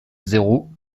zéro